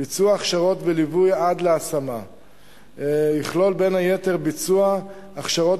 ביצוע הכשרות וליווי עד להשמה יכלול בין היתר ביצוע הכשרות